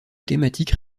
thématiques